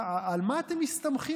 על מה אתם מסתמכים?